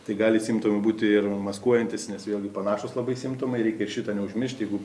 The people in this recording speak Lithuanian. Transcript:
tai gali simptomai būti ir maskuojantys nes vėlgi panašūs labai simptomai reikia ir šitą neužmiršti jeigu